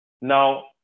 Now